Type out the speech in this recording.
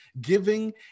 Giving